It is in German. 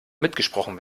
mitgesprochen